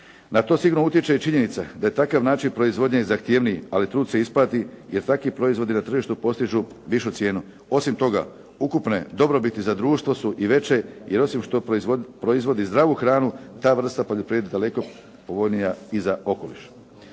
Na to sigurno utječe i činjenica da je takav način proizvodnje zahtjevniji ali trud se isplati jer takvi proizvodi na tržištu postižu višu cijenu. Osim toga, ukupne dobrobiti za društvo su i veće jer osim što proizvodi zdravu hranu ta vrsta poljoprivrede je daleko povoljnija i za okoliš.